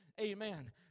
Amen